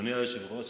אדוני היושב-ראש,